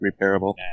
repairable